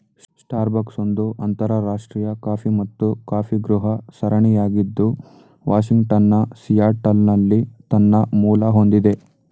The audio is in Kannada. ಸ್ಟಾರ್ಬಕ್ಸ್ ಒಂದು ಅಂತರರಾಷ್ಟ್ರೀಯ ಕಾಫಿ ಮತ್ತು ಕಾಫಿಗೃಹ ಸರಣಿಯಾಗಿದ್ದು ವಾಷಿಂಗ್ಟನ್ನ ಸಿಯಾಟಲ್ನಲ್ಲಿ ತನ್ನ ಮೂಲ ಹೊಂದಿದೆ